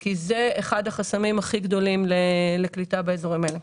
כי זה אחד החסמים הכי גדולים לקליטה באזורים האלה.